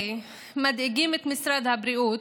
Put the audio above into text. האלה מדאיגים את משרד הבריאות,